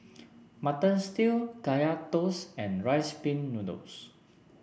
Mutton Stew Kaya Toast and Rice Pin Noodles